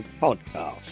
Podcast